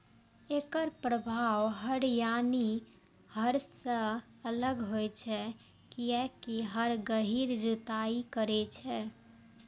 एकर प्रभाव हर यानी हल सं अलग होइ छै, कियैकि हर गहींर जुताइ करै छै